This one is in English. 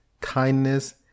kindness